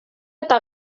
eta